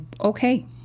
Okay